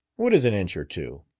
what is an inch or two?